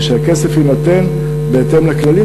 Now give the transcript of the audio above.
ושהכסף יינתן בהתאם לכללים,